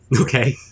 Okay